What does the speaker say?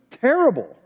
terrible